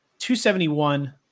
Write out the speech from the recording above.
271